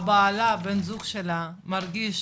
בעלה, בן זוגה, מרגיש